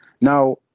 Now